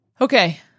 Okay